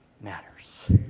matters